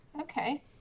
Okay